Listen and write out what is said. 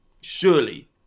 surely